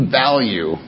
value